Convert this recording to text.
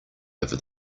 over